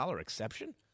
exception